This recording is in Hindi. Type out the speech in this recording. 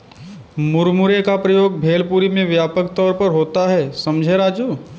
मुरमुरे का प्रयोग भेलपुरी में व्यापक तौर पर होता है समझे राजू